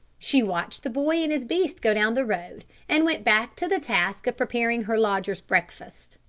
she watched the boy and his beast go down the road, and went back to the task of preparing her lodger's breakfast.